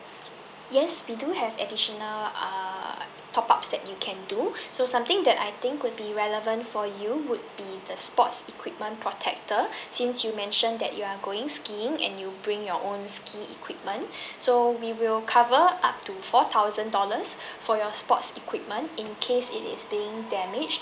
yes we do have additional err top ups that you can do so something that I think will be relevant for you would be the sports equipment protector since you mentioned that you are going skiing and you bring your own ski equipment so we will cover up to four thousand dollars for your sports equipment in case it is being damage